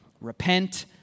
Repent